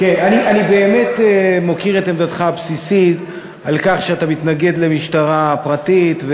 אני באמת מוקיר את עמדתך הבסיסית על כך שאתה מתנגד למשטרה פרטית,